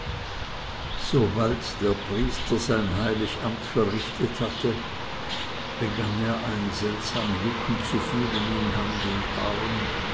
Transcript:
sobald der priester sein heilig amt verrichtet hatte begann er ein seltsam jucken zu fühlen in hand und arm